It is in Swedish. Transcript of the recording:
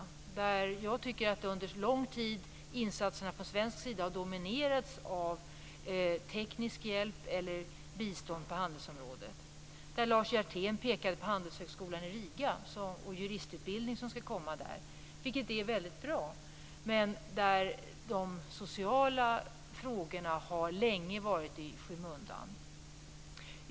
Jag tycker att insatserna därvidlag från svensk sida under lång tid har dominerats av teknisk hjälp eller bistånd på handelsområdet. Lars Hjertén pekade på handelshögskolan i Riga och på den juristutbildning som skall anordnas där. Detta är mycket bra, men de sociala frågorna har länge varit i skymundan.